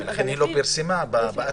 להן היא לא פרסמה באתר.